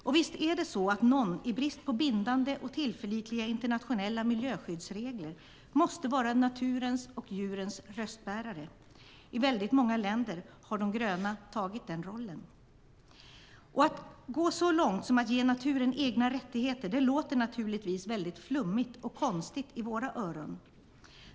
Och visst är det så att någon i brist på bindande och tillförlitliga internationella miljöskyddsregler måste vara naturens och djurens röstbärare. I väldigt många länder har de gröna tagit den rollen. Att gå så långt som att ge naturen egna rättigheter låter naturligtvis väldigt flummigt och konstigt i våra öron.